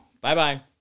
Bye-bye